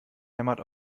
hämmert